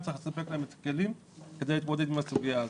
נצטרך לספק להם את הכלי כדי להתמודד עם הסוגיה הזאת.